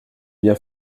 bien